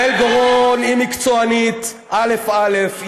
יעל גוראון היא מקצוענית אלף-אלף.